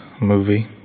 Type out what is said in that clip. movie